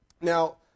Now